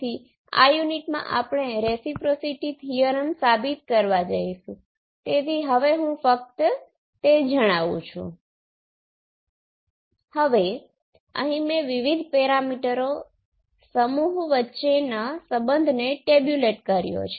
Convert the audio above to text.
ચાલો હવે મને આને વ્યવસ્થિત રીતે મૂકવા દો V ભાંગ્યા Vi માટેની આ પદાવલિ મૂળરૂપે k ભાંગ્યા ભાંગ્યા A × Vi ની બરાબર છે